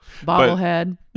bobblehead